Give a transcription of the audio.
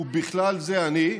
ובכלל זה אני,